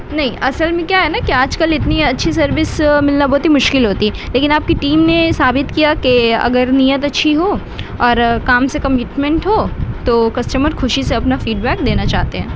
نہیں اصل میں کیا ہے نا کہ آج کل اتنی اچھی سروس ملنا بہت ہی مشکل ہوتی لیکن آپ کی ٹیم نے ثابت کیا کہ اگر نیت اچھی ہو اور کام سے کمیٹمنٹ ہو تو کسٹمر خوشی سے اپنا فیڈبیک دینا چاہتے ہیں